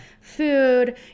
food